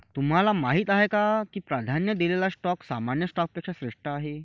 तुम्हाला माहीत आहे का की प्राधान्य दिलेला स्टॉक सामान्य स्टॉकपेक्षा श्रेष्ठ आहे?